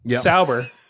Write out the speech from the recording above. Sauber